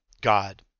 God